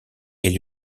est